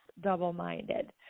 double-minded